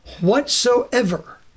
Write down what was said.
whatsoever